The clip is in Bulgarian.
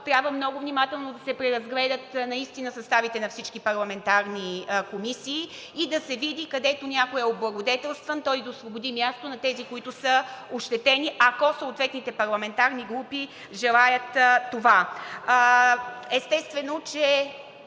Трябва много внимателно да се преразгледат съставите на всички парламентарни комисии и да се види, където някой е облагодетелстван, той да освободи място на тези, които са ощетени, ако съответните парламентарни групи желаят това. Естествено, че